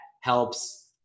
helps